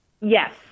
Yes